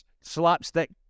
slapstick